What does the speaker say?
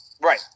Right